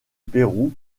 pérou